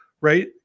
right